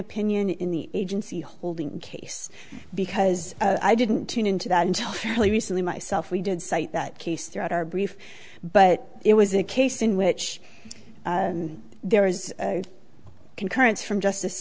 opinion in the agency holding case because i didn't tune into that until fairly recently myself we did cite that case throughout our brief but it was a case in which there is a concurrence from justice